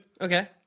Okay